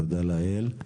תודה לאל.